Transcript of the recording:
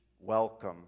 welcome